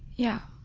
yeah.